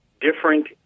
different